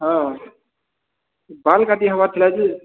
ହଁ ବାଲ୍ କାଟି ହେବାର ଥିଲା ଯେ